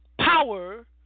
power